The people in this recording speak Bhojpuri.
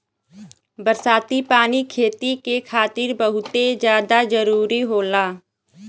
बरसाती पानी खेती के खातिर बहुते जादा जरूरी होला